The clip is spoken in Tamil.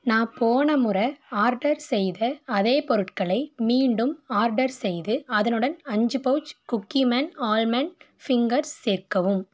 நான் போன முறை ஆர்டர் செய்த அதே பொருட்களை மீண்டும் ஆர்டர் செய்து அதனுடன் அஞ்சு பௌவுச் குக்கீமேன் ஆல்மண்ட் ஃபிங்கர்ஸ் சேர்க்கவும்